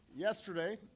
Yesterday